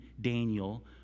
Daniel